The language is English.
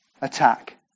attack